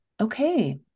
Okay